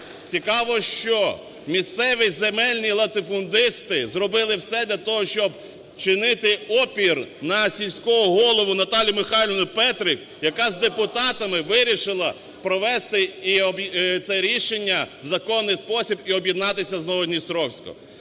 цікаво, що місцеві земельні латифундисти зробили все для того, щоб чинити опір на сільського голову Наталію Михайлівну Петрик, яка з депутатами вирішила провести це рішення в законний спосіб і об'єднатися зНоводністровськом.